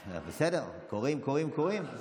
בסדר, קוראים, קוראים, קוראים.